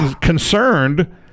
Concerned